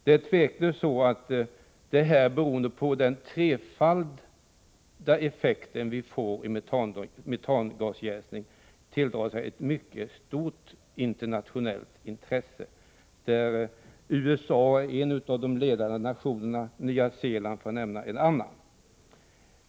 Det är tveklöst så att metangasjäsning, genom den trefaldiga effekt som man får, tilldrar sig ett mycket stort intresse internationellt, där USA är en av de ledande nationerna och Nya Zeeland är en annan.